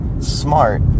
smart